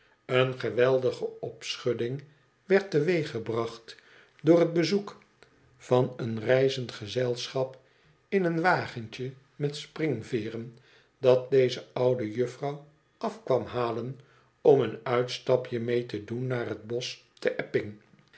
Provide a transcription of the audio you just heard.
ken geweldige opschudding werd teweeggebracht door t bezoek van een reizend gezelschap in een wagentje met springveeren dat deze oude juffrouw af kwam halen om een uitstapje mee te doen naar t bosch te e p ping